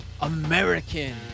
American